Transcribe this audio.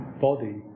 body